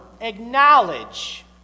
acknowledge